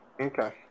Okay